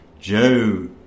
Joe